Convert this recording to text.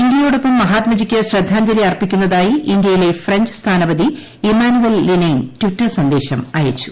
ഇന്ത്യയോടൊപ്പം മഹാത്മജിക്ക് ശ്രദ്ധാഞ്ജലി അർപ്പിക്കുന്നതായി ഇന്തൃയിലെ ഫ്രഞ്ച് സ്ഥാനപതി ഇമ്മാനുവേൽ ലിനെയ്ൻ ട്വീറ്റർ സന്ദേശം അയച്ചു